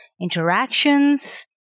interactions